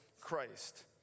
christ